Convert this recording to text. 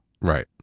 Right